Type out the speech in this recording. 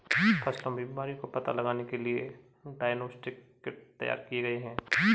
फसलों में बीमारियों का पता लगाने के लिए डायग्नोस्टिक किट तैयार किए गए हैं